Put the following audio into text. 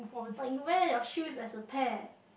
but you wear your shoes as a pair